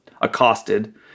accosted